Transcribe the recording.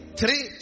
three